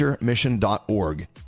mission.org